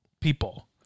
people